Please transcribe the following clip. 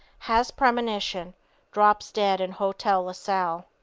has premonition drops dead in hotel la salle.